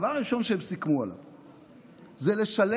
הדבר הראשון שהם סיכמו עליו הוא לשלם